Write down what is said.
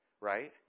right